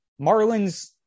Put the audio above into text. Marlins